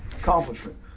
accomplishment